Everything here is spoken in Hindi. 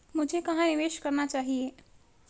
मुझे कहां निवेश करना चाहिए?